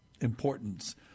importance